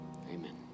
Amen